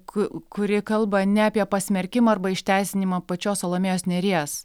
ku kuri kalba ne apie pasmerkimą arba išteisinimą pačios salomėjos nėries